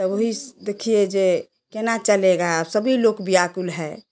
तो वही देखिए जे केना चलेगा सभी लोग व्याकुल है